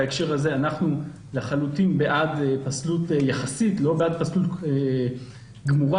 אנחנו לחלוטין בעד פסלות יחסית ולא בעד פסלות גמורה.